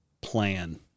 plan